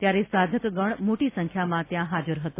ત્યારે સાધકગણ મોટી સંખ્યામાં ત્યાં હાજર હતો